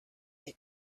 that